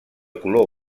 color